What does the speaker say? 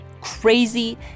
crazy